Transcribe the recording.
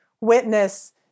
witness